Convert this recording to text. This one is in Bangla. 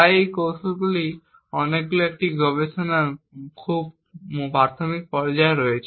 তাই এই কৌশলগুলির অনেকগুলি এখনও গবেষণার খুব প্রাথমিক পর্যায়ে রয়েছে